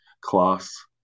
class